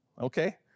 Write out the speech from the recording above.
okay